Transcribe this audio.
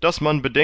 daß man